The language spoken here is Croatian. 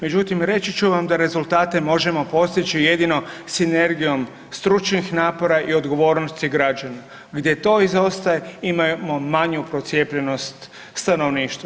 Međutim, reći ću vam da rezultate možemo postići jedino sinergijom stručnih napora i odgovornosti građana, gdje to izostaje imamo manju procijepljenost stanovništva.